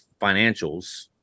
financials